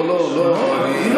לא, לא, באופן הכי נקי ואמיתי.